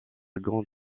grande